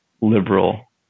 liberal